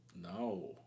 No